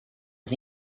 and